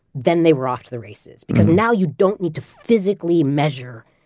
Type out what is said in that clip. then they were off to the races because now you don't need to physically measure,